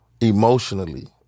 emotionally